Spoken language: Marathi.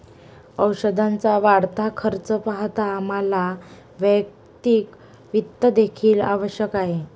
औषधाचा वाढता खर्च पाहता आम्हाला वैयक्तिक वित्त देखील आवश्यक आहे